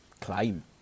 Claim